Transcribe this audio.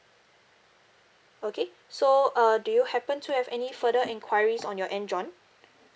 okay so uh do you happen to have any further enquiries on your end john